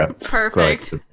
perfect